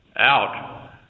out